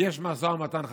יש משא ומתן חדש.